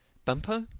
bumpo,